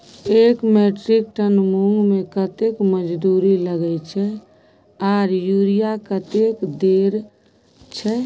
एक metric ton मूंग में कतेक मजदूरी लागे छै आर यूरिया कतेक देर छै?